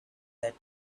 that